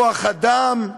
לכוח אדם.